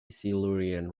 silurian